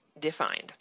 defined